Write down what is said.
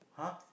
!huh!